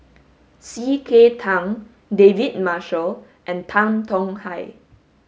C K Tang David Marshall and Tan Tong Hye